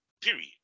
period